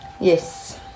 Yes